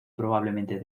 probablemente